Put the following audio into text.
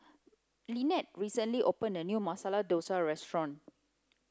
Lynnette recently opened a new Masala Dosa restaurant